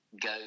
go